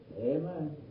Amen